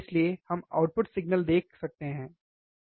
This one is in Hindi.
इसलिए हम आउटपुट सिग्नल देख सकते हैं ठीक है